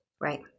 Right